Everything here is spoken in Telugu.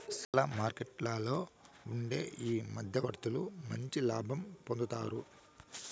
షేర్ల మార్కెట్లలో ఉండే ఈ మధ్యవర్తులు మంచి లాభం పొందుతారు